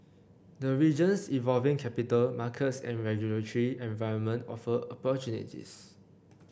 the region's evolving capital markets and regulatory environment offer opportunities